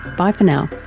bye for now